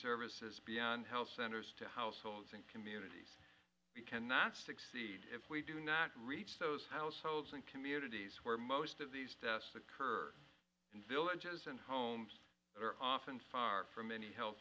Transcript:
services beyond health centers to households and communities not succeed if we do not reach those households in communities where most of these tests occur in villages and homes are often far from any health